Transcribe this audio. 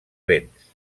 vents